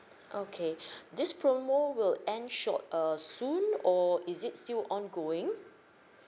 okay this promo will end short err soon or is it still ongoing